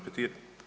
Petir.